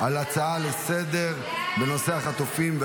כל הזמן חטופים,